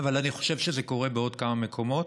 אבל אני חושב שזה קורה בעוד כמה מקומות.